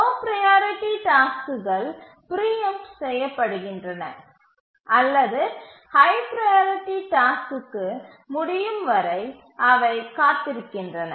low priority டாஸ்க்குகள் preempt செய்யப்படுகின்றன அல்லது ஹை ப்ரையாரிட்டி டாஸ்க்கு முடியும் வரை அவை காத்திருக்கின்றன